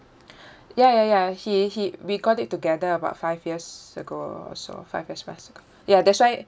ya ya ya he he we got it together about five years ago so five years past ago ya that's why